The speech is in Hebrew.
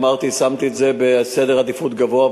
אמרתי ושמתי את זה בעדיפות גבוהה,